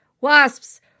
wasps